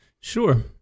Sure